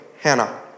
Hannah